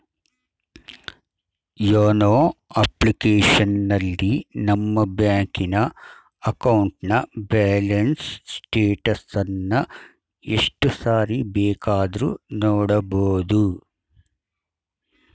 YONO ಅಪ್ಲಿಕೇಶನಲ್ಲಿ ನಮ್ಮ ಬ್ಯಾಂಕಿನ ಅಕೌಂಟ್ನ ಬ್ಯಾಲೆನ್ಸ್ ಸ್ಟೇಟಸನ್ನ ಎಷ್ಟು ಸಾರಿ ಬೇಕಾದ್ರೂ ನೋಡಬೋದು